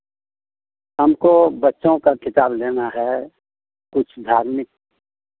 हमको बच्चों का किताब लेना है कुछ धार्मिक